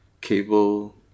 cable